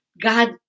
God